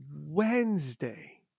Wednesday